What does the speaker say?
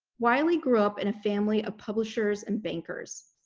wiley grew up in a family of publishers and bankers.